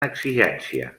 exigència